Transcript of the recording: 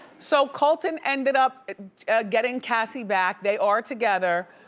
so colton ended up getting cassie back, they are together.